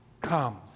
comes